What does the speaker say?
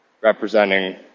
representing